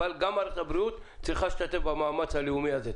אבל גם מערכת הבריאות צריכה להשתתף במאמץ הלאומי הזה.